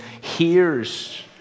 hears